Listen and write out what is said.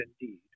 indeed